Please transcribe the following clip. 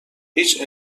هیچ